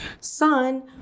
son